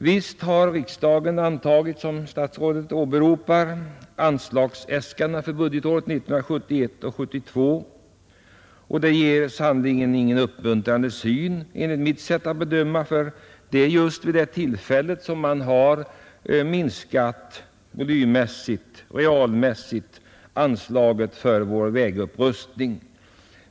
Visst har riksdagen, som statsrådet framhåller, godkänt anslagsäskandena för budgetåret 1971/72. Men det är, enligt mitt sätt att bedöma, ingen uppmuntrande sak, för det var just vid det tillfället som man reellt minskade volymen på anslagen för vägupprustning.